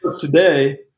today